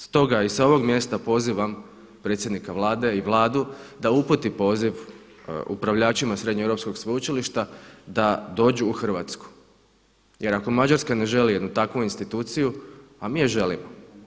Stoga i sa ovog mjesta pozivam predsjednika Vlade i Vladu da uputi poziv upravljačima Srednjoeuropskog sveučilišta da dođu u Hrvatsku jer ako Mađarska ne želi jednu takvu instituciju, a mi je želimo.